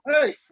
hey